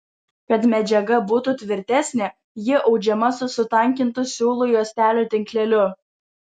kad medžiaga būtų tvirtesnė ji audžiama su sutankintu siūlų juostelių tinkleliu